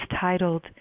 titled